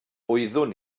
wyddwn